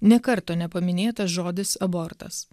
nė karto nepaminėtas žodis abortas